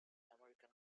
american